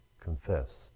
confess